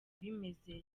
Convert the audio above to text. bimeze